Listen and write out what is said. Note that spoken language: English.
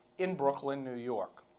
in brooklyn, new york.